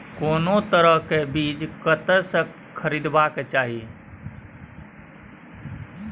कोनो तरह के बीज कतय स खरीदबाक चाही?